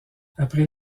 après